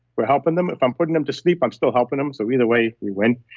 we're helping them. if i'm putting them to sleep, i'm still helping them. so either way, we win.